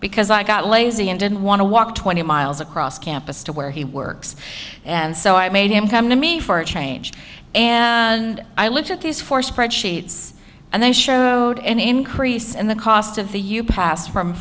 because i got lazy and didn't want to walk twenty miles across campus to where he works and so i made him come to me for a change and i looked at these four spreadsheets and they showed an increase in the cost of the you pass from